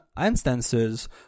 instances